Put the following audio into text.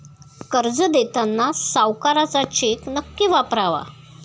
कर्ज देताना सावकाराचा चेक नक्की वापरावा